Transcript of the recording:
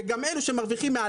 וגם אלו שמרוויחים יותר